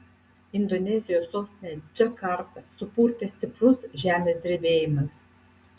indonezijos sostinę džakartą supurtė stiprus žemės drebėjimas